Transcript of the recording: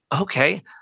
Okay